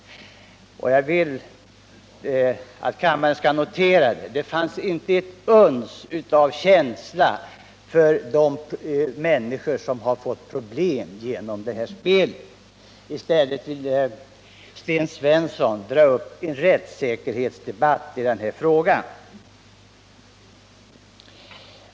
Jag Onsdagen den villatt kammarens ledamöter noterar att det inte fanns ett uns av känsla för de 29 november 1978 människor som på grund av det här spelet fått problem. I stället ville Sten Svensson dra upp en rättssäkerhetsdebatt.